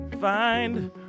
Find